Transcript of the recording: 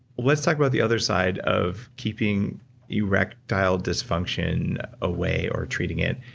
let's talk about the other side of keeping erectile dysfunction away, or treating it,